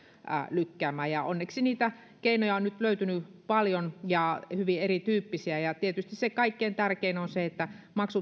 lykkäämään onneksi niitä keinoja on nyt löytynyt paljon ja hyvin erityyppisiä ja tietysti kaikkein tärkein on se että